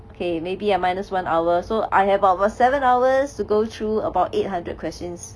okay maybe I minus one hour so I have about seven hours to go through about eight hundred questions